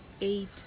eight